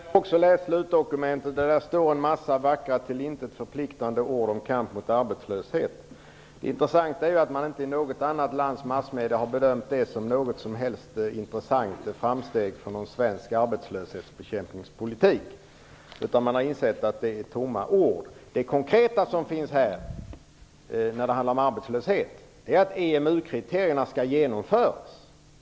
Herr talman! Jag har också läst slutdokumentet. I det finns en mängd vackra till intet förpliktande ord om kamp mot arbetslöshet. Det intressanta är att man inte i något annat lands massmedier har bedömt det som ett intressant framsteg för svensk arbetslöshetsbekämpningspolitik. Man har insett att det är tomma ord. Det konkreta, som gäller arbetslösheten, är att EMU-kriterierna skall genomföras.